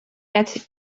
heart